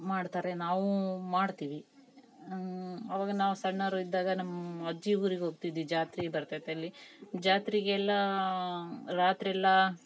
ಮಾಡ್ತಾರೆ ನಾವು ಮಾಡ್ತಿವಿ ಆವಾಗ ನಾವು ಸಣ್ಣವರು ಇದ್ದಾಗ ನಮ್ಮ ಅಜ್ಜಿ ಊರಿಗೆ ಹೋಗ್ತಿದಿದೆ ಜಾತ್ರೆ ಬರ್ತೈತೆ ಅಲ್ಲಿ ಜಾತ್ರೆಗೆಲ್ಲ ರಾತ್ರೆಲ್ಲ